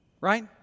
Right